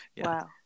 Wow